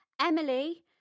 Emily